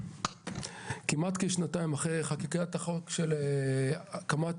כמעט כשנתיים אחרי חקיקת החוק על הקמת